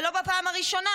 ולא בפעם הראשונה,